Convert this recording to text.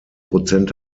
prozent